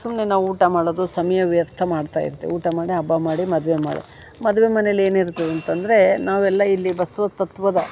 ಸುಮ್ಮನೆ ನಾವು ಊಟ ಮಾಡದು ಸಮಯ ವ್ಯರ್ಥ ಮಾಡ್ತಾಯಿರ್ತೀವಿ ಊಟ ಮಾಡೆ ಹಬ್ಬ ಮಾಡಿ ಮದುವೆ ಮಾ ಮದುವೆ ಮನೆಯಲ್ಲಿ ಏನು ಇರ್ತದಂತಂದರೆ ನಾವೆಲ್ಲ ಇಲ್ಲಿ ಬಸವ ತತ್ವದ